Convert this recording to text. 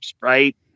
right